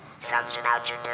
suction out your